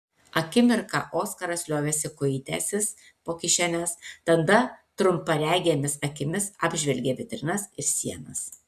akimirką oskaras liovėsi kuitęsis po kišenes tada trumparegėmis akimis apžvelgė vitrinas ir sienas